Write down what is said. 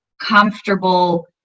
comfortable